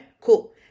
cool